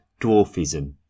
dwarfism